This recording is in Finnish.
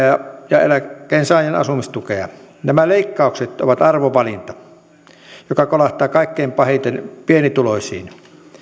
ja ja eläkkeensaajan asumistukea nämä leikkaukset ovat arvovalinta joka kolahtaa kaikkein pahiten pienituloisiin